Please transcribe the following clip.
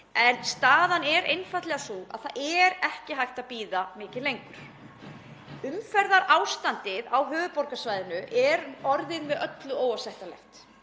En staðan er einfaldlega sú að það er ekki hægt að bíða mikið lengur. Umferðarástandið á höfuðborgarsvæðinu er orðið með öllu óásættanlegt.